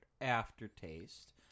aftertaste